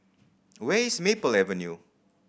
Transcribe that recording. where is Maple Avenue